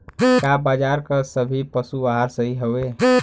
का बाजार क सभी पशु आहार सही हवें?